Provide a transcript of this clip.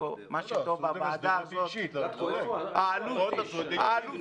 מה שטוב בוועדה הזאת ------ האלוף דיין,